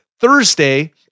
Thursday